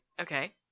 Okay